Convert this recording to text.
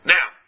Now